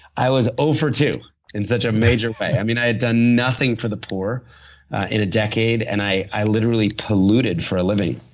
i was overdue in such a major way. i mean, i had done nothing for the poor in a decade and i i literally polluted for a living.